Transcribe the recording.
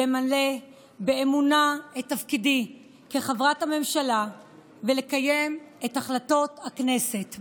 למלא באמונה את תפקידי כחברת הממשלה ולקיים את החלטות הכנסת.